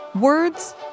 Words